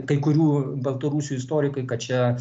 kai kurių baltarusių istorikai kad čia